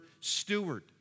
steward